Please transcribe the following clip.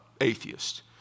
atheist